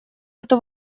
эту